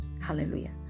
hallelujah